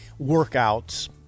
workouts